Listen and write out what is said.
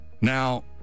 Now